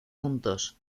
puntos